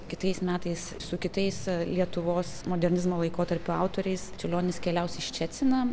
kitais metais su kitais lietuvos modernizmo laikotarpio autoriais čiurlionis keliaus į ščeciną